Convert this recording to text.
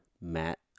Matt